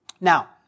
Now